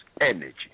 energy